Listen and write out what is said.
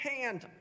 hand